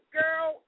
girl